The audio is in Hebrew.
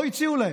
לא הציעו להם,